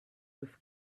with